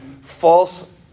false